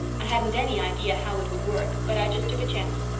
i hadn't any idea how it would work, but i just took a chance.